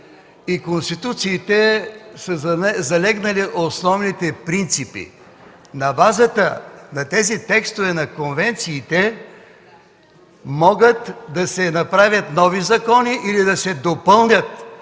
и конституциите са залегнали основните принципи! На базата на тези текстове на конвенциите могат да се направят нови закони, да се допълнят